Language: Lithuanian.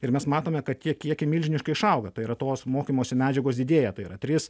ir mes matome kad tie kiekiai milžiniškai išauga tai yra tos mokymosi medžiagos didėja tai yra tris